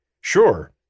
Sure